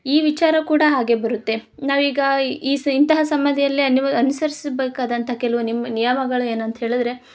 ಈ ವಿಚಾರ ಕೂಡ ಹಾಗೆ ಬರುತ್ತೆ ನಾವೀಗ ಈ ಇಸ್ ಇಂತಹ ಸಮ್ಮದಿಯಲ್ಲಿ ಅನುವ ಅನುಸರ್ಸೋ ಬೇಕಾದಂತ ಕೆಲವು ನಿಮ್ಮ ನಿಯಮಗಳು ಏನಂತ ಹೇಳಿದ್ರೆ